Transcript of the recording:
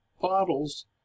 bottles